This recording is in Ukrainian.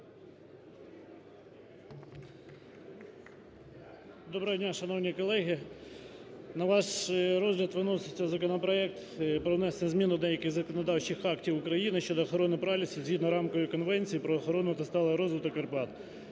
Доброго дня, шановні колеги! На ваш розгляд виноситься законопроект про внесення змін до деяких законодавчих актів України щодо охорони пралісів згідно Рамкової конвенції про охорону та сталий розвиток Карпат